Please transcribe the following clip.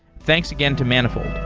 thanks again to manifold.